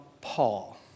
Paul